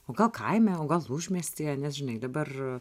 o gal kaime o gal užmiestyje nes žinai dabar